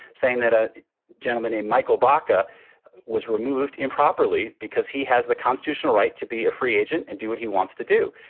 saying that a gentleman named michael barkha was removed improperly because he has the constitutional right to be a free agent and do what he wants to do.